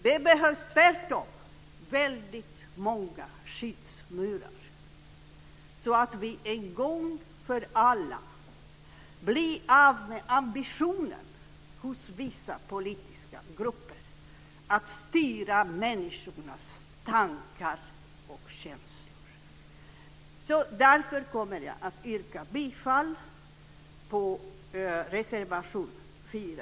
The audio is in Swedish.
Det behövs tvärtom väldigt många skyddsmurar så att vi en gång för alla blir av med ambitionen hos vissa politiska grupper att styra människornas tankar och känslor. Därför kommer jag att yrka bifall till reservation 4